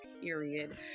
period